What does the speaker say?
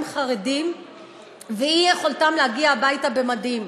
חרדים ואי-יכולתם להגיע הביתה במדים.